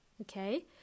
okay